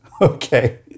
okay